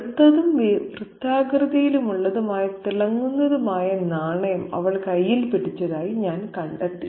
വെളുത്തതും വൃത്താകൃതിയിലുള്ളതും തിളങ്ങുന്നതുമായ നാണയം അവൾ കൈയിൽ പിടിച്ചതായി ഞാൻ കണ്ടെത്തി